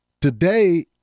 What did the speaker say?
today